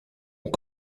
ont